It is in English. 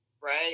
right